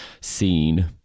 scene